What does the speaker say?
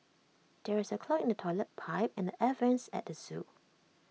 there is A clog in the Toilet Pipe and the air Vents at the Zoo